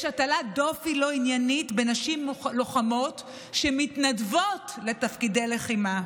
הטלת דופי לא עניינית בנשים לוחמות שמתנדבות לתפקידי לחימה.